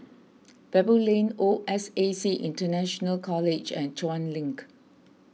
Baboo Lane O S A C International College and Chuan Link